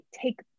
take